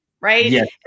Right